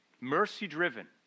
Mercy-driven